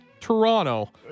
Toronto